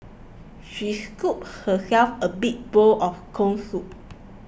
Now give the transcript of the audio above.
she scooped herself a big bowl of Corn Soup